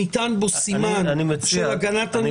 אני חושב שחברי הכנסת,